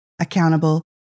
accountable